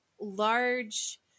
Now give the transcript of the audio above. large